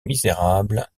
misérable